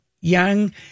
young